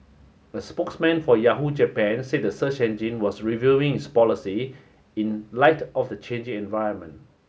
a spokesman for Yahoo Japan said the search engine was reviewing its policy in light of the changing environment